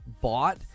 bought